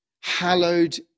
hallowed